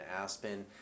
Aspen